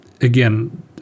again